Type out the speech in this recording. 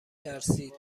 ترسید